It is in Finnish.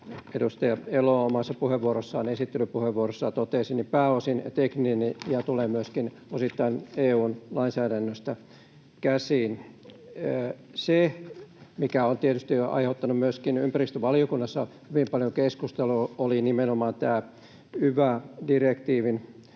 edustaja Elo omassa puheenvuorossaan, esittelypuheenvuorossaan, totesi — pääosin tekninen ja tulee myöskin osittain EU:n lainsäädännöstä käsin. Se, mikä on tietysti aiheuttanut myöskin ympäristövaliokunnassa hyvin paljon keskustelua, on nimenomaan tämä yva-direktiivin